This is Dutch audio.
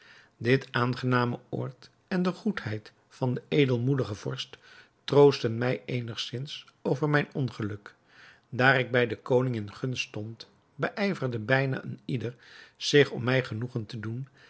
dit aangename oord en de goedheid van den edelmoedigen vorst troostten mij eenigzins over mijn ongeluk daar ik bij den koning in gunst stond beijverde bijna een ieder zich om mij genoegen te doen